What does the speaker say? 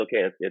okay